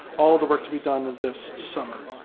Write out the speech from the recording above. all the work to be done to this summer.